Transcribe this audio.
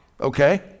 okay